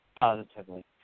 Positively